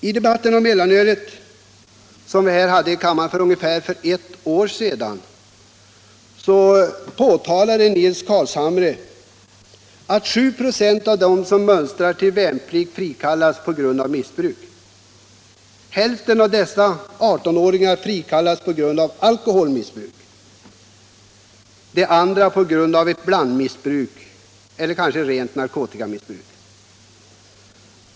I debatten om mellanölet, som vi hade här i kammaren för ungefär ett år sedan, påtalade Nils Carlshamre att 7 96 av dem som mönstrar till värnplikt frikallas på grund av missbruk. Hälften av dessa 18-åringar frikallas på grund av alkoholmissbruk, de andra på grund av blandmissbruk eller kanske rent narkotikamissbruk.